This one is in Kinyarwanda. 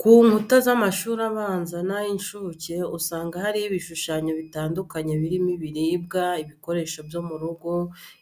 Ku nkuta z'amashuri abanza n'ay'incuke usanga hariho ibishushanyo bitandukanye birimo ibiribwa, ibikoresho byo mu rugo,